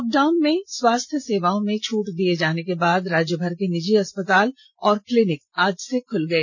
lockdown में स्वास्थ्य सेवाओं में छूट दिये जाने के बाद राज्य भर के निजी अस्पताल और क्लिनीक आज से खुल गए